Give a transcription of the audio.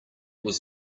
was